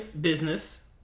business